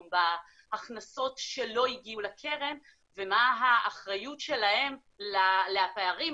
בהכנסות שלא הגיעו לקרן ומה האחריות שלהם לפערים.